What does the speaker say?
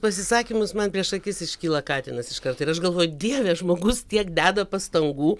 pasisakymus man prieš akis iškyla katinas iškart ir aš galvoju dieve žmogus tiek deda pastangų